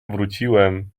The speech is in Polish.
wróciłem